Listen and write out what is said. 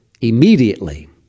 immediately